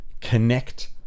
connect